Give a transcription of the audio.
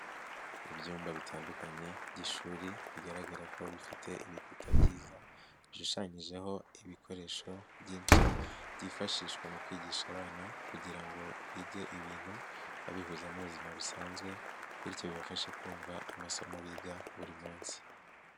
Ibyumba bitandukanye by'ishuri bigaragara ko bifite ibikuta byiza bishushanyijeho ibikoresho byinshi byifashishwa mu kwigisha abana kugira ngo bige ibintu babihuza n'ubuzima busanzwe bityo bibafashe kumva amasomo biga buri munsi.